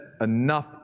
enough